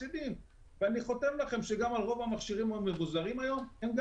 ואני חותם לכם שגם על רוב המכשירים המבוזרים הם מפסידים.